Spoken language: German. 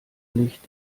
nicht